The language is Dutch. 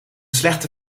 slechte